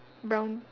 brown